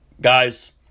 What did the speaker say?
guys